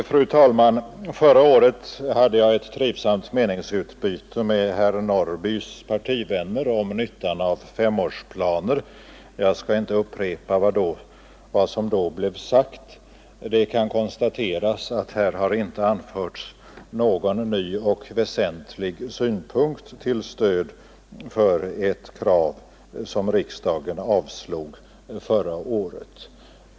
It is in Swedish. Fru talman! Förra året hade jag ett trivsamt meningsutbyte med herr Norrbys partivänner om nyttan av femårsplaner. Jag skall inte upprepa vad som då blev sagt. Det kan konstateras att här inte har anförts någon ny och väsentlig synpunkt till stöd för ett krav som riksdagen avslog förra året.